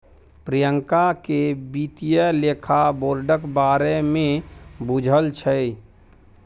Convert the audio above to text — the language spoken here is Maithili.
प्रियंका केँ बित्तीय लेखा बोर्डक बारे मे बुझल छै